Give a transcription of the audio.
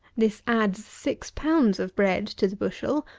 this adds six pounds of bread to the bushel,